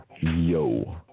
yo